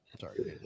Sorry